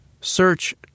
Search